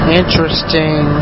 interesting